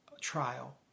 trial